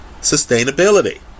sustainability